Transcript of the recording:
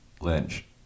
Lynch